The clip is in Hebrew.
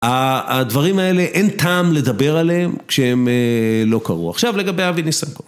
הדברים האלה, אין טעם לדבר עליהם כשהם לא קרו. עכשיו לגבי אבי ניסנקורן.